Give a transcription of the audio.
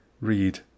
read